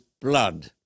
blood